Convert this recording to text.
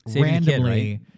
randomly